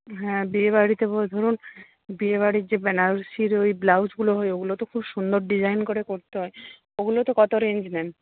হ্যাঁ বিয়েবাড়িতে ধরুন বিয়েবাড়ির যে বেনারসির ওই ব্লাউজগুলো হয় ওগুলো তো খুব সুন্দর ডিজাইন করে করতে হয় ওগুলোতে কত রেঞ্জ নেন